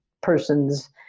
person's